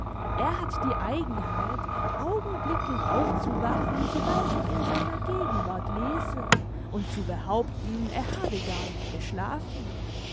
er hat die eigenheit augenblicklich aufzuwachen sobald ich in seiner gegenwart lese und zu behaupten er habe gar nicht geschlafen